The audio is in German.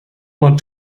man